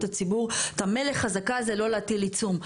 הציבור אתה מילא חזקה זה לא להטיל עיצום.